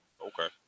Okay